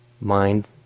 mind